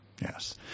yes